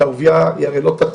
את אהוביה היא הרי לא תחזיר,